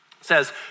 says